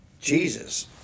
Jesus